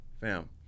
Fam